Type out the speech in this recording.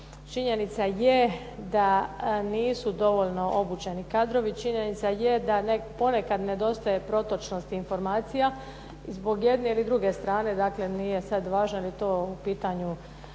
činjenica je da nisu dovoljno obučeni kadrovi, činjenica je da ponekada nedostaje protočnosti informacija, zbog jedne ili druge strane. Dakle nije sada važno jesu li u pitanju